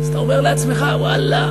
אז אתה אומר לעצמך: ואללה,